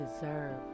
deserve